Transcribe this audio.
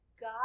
God